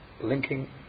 linking